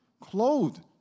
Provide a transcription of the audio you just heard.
clothed